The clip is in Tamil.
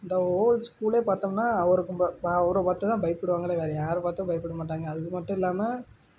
இந்த ஹோல் ஸ்கூலே பார்த்தோம்னா அவருக்கும் அவரை பார்த்துதான் பயப்படுவாங்களே வேற யாரை பார்த்தும் பயப்பட மாட்டாங்க அதுக்கு மட்டும் இல்லாமல்